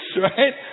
right